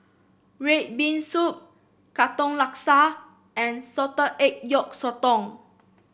red bean soup Katong Laksa and Salted Egg Yolk Sotong